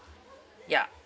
ya